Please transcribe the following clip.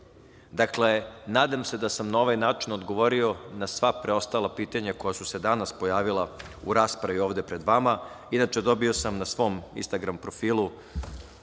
života. Dakle, nadam se da sam na ovaj način odgovorio na sva preostala pitanja koja su se danas pojavila u raspravi ovde pred vama. Inače, dobio sam na svom Instragram profilu